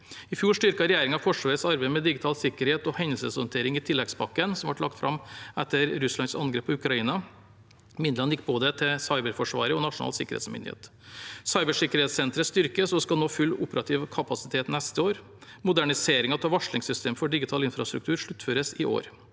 I fjor styrket regjeringen Forsvarets arbeid med digital sikkerhet og hendelseshåndtering i tilleggspakken som ble lagt fram etter Russlands angrep på Ukraina. Midlene gikk både til Cyberforsvaret og til Nasjonal sikkerhetsmyndighet. Cybersikkerhetssenteret styrkes og skal nå full operativ kapasitet neste år. Moderniseringen av varslingssystem for digital infrastruktur sluttføres i år.